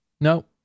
No